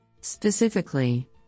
Specifically